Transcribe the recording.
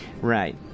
Right